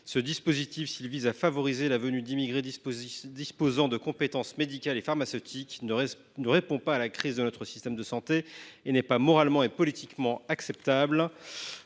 Ce dispositif, qui vise à favoriser la venue d’immigrés disposant de compétences médicales et pharmaceutiques, ne répond pas à la crise de notre système de santé et n’est pas moralement ni politiquement acceptable.